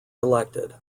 elected